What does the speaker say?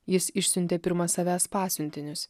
jis išsiuntė pirma savęs pasiuntinius